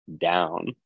down